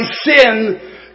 sin